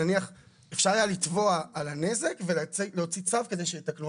אפשר היה לתבוע על הנזק ולהוציא צו כדי שיתקנו.